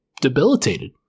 debilitated